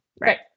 Right